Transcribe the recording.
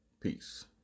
Peace